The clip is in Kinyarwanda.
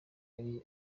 yari